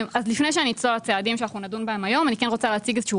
לפני שאני אתייחס לצעדים בהם אנחנו נדון היום אני כן רוצה להציג איזשהו